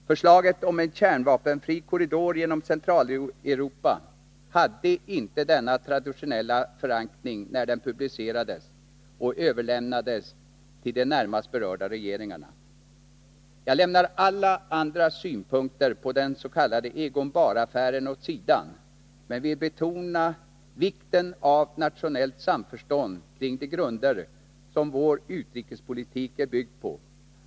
Förslaget om en kärnvapenfri korridor genom Centraleuropa hade inte denna traditionella förankring när det publicerades och överlämnades till de närmast berörda regeringarna. Jag lämnar alla andra synpunkter på den s.k. Egon Bahraffären åt sidan men vill betona vikten av nationellt samförstånd kring de grunder som vår utrikespolitik är byggd på.